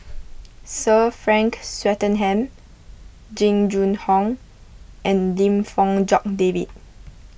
Sir Frank Swettenham Jing Jun Hong and Lim Fong Jock David